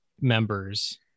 members